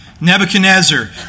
Nebuchadnezzar